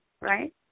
Right